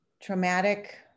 Traumatic